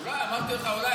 אולי, אמרתי לך אולי.